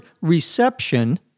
reception